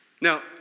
now